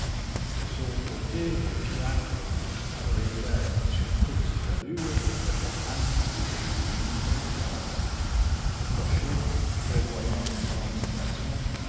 de son côté le fiacre qui se réglait sur toutes ses allures avait fait halte au-dessus de lui près du parapet le cocher prévoyant une longue station